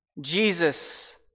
Jesus